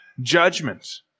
judgment